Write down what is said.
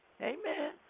Amen